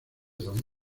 don